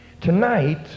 Tonight